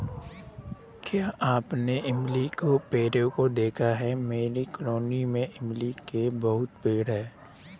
क्या आपने इमली के पेड़ों को देखा है मेरी कॉलोनी में इमली का बहुत बड़ा पेड़ है